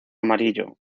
amarillo